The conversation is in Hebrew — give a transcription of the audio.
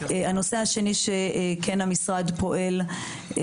הנושא השני שהמשרד פועל בו הוא,